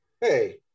Hey